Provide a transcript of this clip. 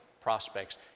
prospects